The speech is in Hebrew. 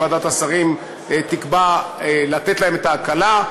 שוועדת השרים תקבע לתת להם את ההקלה,